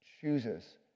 chooses